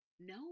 No